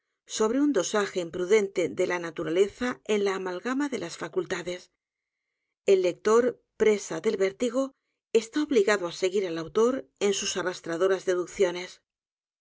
sobre un dosaje imprudente de la naturaleza en la amalgama de las facultades el lector presa del vértigo está obligado á seguir al autor en sus arrastradoras deducciones